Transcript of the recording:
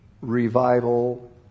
revival